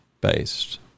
based